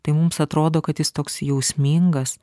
tai mums atrodo kad jis toks jausmingas